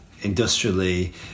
industrially